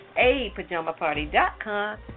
apajamaparty.com